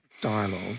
dialogue